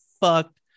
fucked